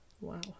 wow